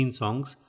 songs